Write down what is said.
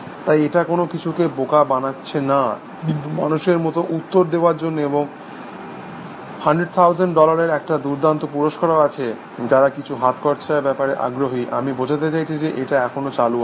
তাই এটা কোনো কিছুকে বোকা বানাচ্ছে না কিন্তু মানুষের মতন উত্তর দেওয়ার জন্য এবং 100000 ডলারের একটা দুর্দান্ত পুরস্কারও আছে যারা কিছু হাত খরচার ব্যাপারে আগ্রহী আমি বোঝাতে চাইছে যে এটা এখনও চালু আছে